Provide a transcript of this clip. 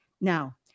Now